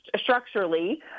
structurally